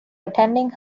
attending